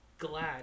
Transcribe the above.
glad